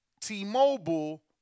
T-Mobile